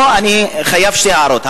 פה אני חייב להעיר שתי הערות.